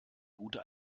gute